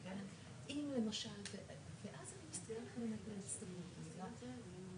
אז זה כל מה שהוא מוכר.